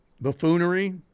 Buffoonery